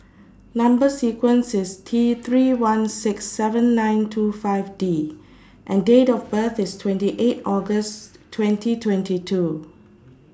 Number sequence IS T three one six seven nine two five D and Date of birth IS twenty eight August twenty twenty two